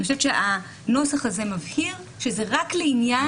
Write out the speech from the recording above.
אני חושבת שהנוסח הזה מבהיר שזה רק לעניין